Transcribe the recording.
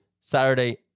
Saturday